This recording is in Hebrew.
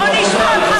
אבל לא ציפיתי לזה,